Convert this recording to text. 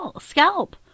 scalp